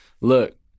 look